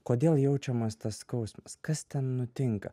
kodėl jaučiamas tas skausmas kas ten nutinka